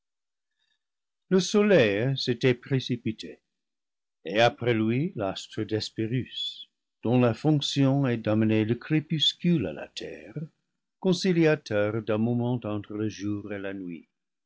le soleil s'était précipité et après lui l'astre d'hespérus dont la fonction est d'amener le crépuscule à la terre conciliateur le paradis perdu d'un moment entre le jour et la nuit